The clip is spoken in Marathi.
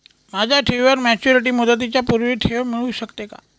माझ्या ठेवीवर मॅच्युरिटी मुदतीच्या पूर्वी ठेव मिळू शकते का?